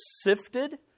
sifted